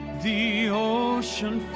the ocean